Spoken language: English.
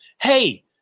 hey